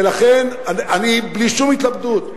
ולכן, אני, בלי שום התלבטות,